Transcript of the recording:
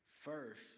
first